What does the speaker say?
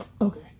Okay